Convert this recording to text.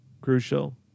crucial